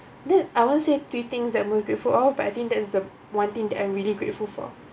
then I won't say three things that I'm grateful of but I think that's the one thing that I'm really grateful for